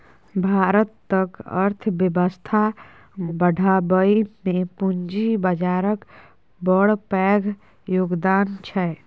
भारतक अर्थबेबस्था बढ़ाबइ मे पूंजी बजारक बड़ पैघ योगदान छै